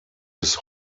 bis